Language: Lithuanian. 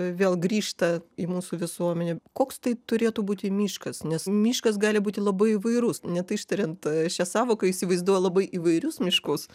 vėl grįžta į mūsų visuomenę koks tai turėtų būti miškas nes miškas gali būti labai įvairus net ištariant šią sąvoką įsivaizduoju labai įvairius miškus